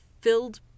filled